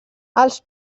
els